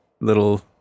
little